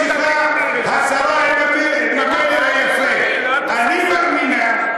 ממשיכה השרה: "אני מאמינה,